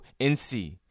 NC